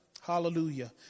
Hallelujah